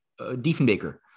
Diefenbaker